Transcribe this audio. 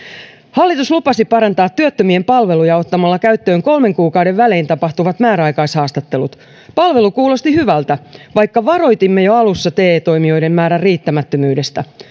hallitus lupasi parantaa työttömien palveluja ottamalla käyttöön kolmen kuukauden välein tapahtuvat määräaikaishaastattelut palvelu kuulosti hyvältä vaikka varoitimme jo alussa te toimijoiden määrän riittämättömyydestä